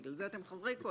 בגלל זה אתם חברי קואליציה.